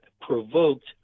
provoked